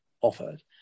offered